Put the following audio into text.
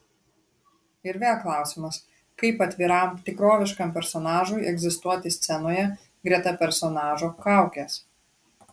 ir vėl klausimas kaip atviram tikroviškam personažui egzistuoti scenoje greta personažo kaukės